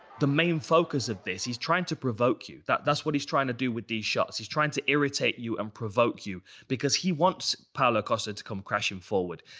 the main focus of this, he's trying to provoke you. that's that's what he's trying to do with these shots. he's trying to irritate you and provoke you because he wants paulo costa to come crashing forward.